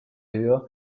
höher